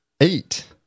eight